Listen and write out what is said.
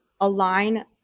Align